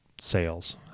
sales